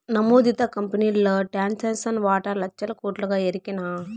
నమోదిత కంపెనీల్ల టాటాసన్స్ వాటా లచ్చల కోట్లుగా ఎరికనా